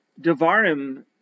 Devarim